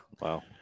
Wow